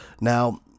Now